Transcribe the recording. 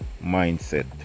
mindset